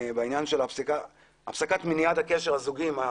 בעניין של הפסקת מניעת הקשר הזוגי עם